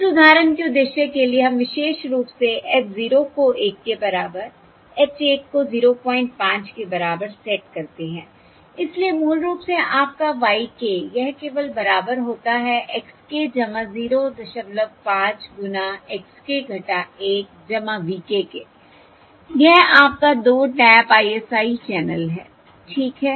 इस उदाहरण के उद्देश्य के लिए हम विशेष रूप से h 0 को 1 के बराबर h 1 को 05 के बराबर सेट करते हैं इसलिए मूल रूप से आपका y k यह केवल बराबर होता है x k 05 गुना x k 1 v k के यह आपका 2 टैप ISI चैनल है ठीक है